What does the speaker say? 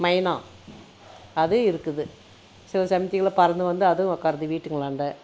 மைனா அதுவும் இருக்குது சில சமயத்தில் பறந்து வந்து அதுவும் உட்காருது வீட்டுக்குல்லாண்ட